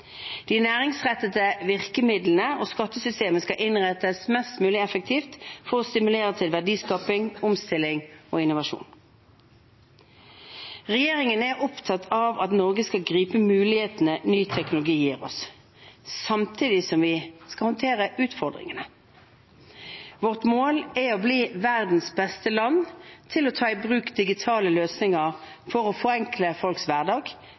De næringsrettede virkemidlene og skattesystemet skal innrettes mest mulig effektivt for å stimulere til verdiskaping, omstilling og innovasjon. Regjeringen er opptatt av at Norge skal gripe mulighetene ny teknologi gir oss, samtidig som vi skal håndtere utfordringene. Vårt mål er å bli verdens beste land til å ta i bruk digitale løsninger for å forenkle folks hverdag,